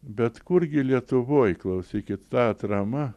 bet kurgi lietuvoj klausykit ta atrama